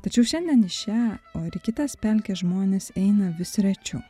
tačiau šiandien šią o ir į kitas pelkes žmonės eina vis rečiau